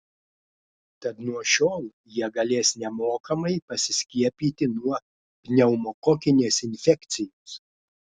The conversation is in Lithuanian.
tad nuo šiol jie galės nemokamai pasiskiepyti nuo pneumokokinės infekcijos